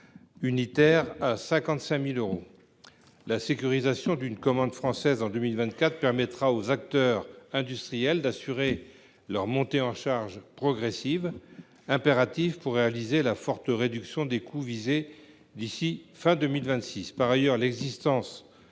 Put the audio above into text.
unitaire à 55 000 euros.